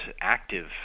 active